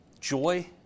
joy